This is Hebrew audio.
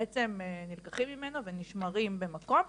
בעצם נלקחים ממנו ונשמרים במקום,